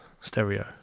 Stereo